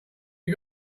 you